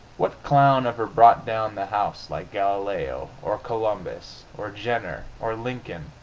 what clown ever brought down the house like galileo? or columbus? or jenner? or lincoln?